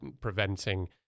preventing